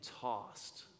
tossed